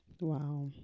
Wow